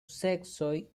seksoj